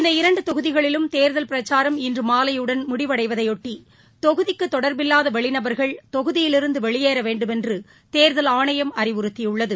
இந்த இரண்டு தொகுதிகளிலும் தேர்தல் பிரக்சாரம் இன்று மாலையுடன் முடிவடைவதையொட்டி தொகுதிக்கு தொடர்பில்லாத வெளிநபர்கள் தொகுதியிலிருந்து வெளியேற வேண்டுமென்று தேர்தல் ஆணையம் அறிவுறுத்தியுள்ளது